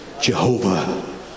Jehovah